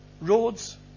Roads